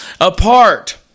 apart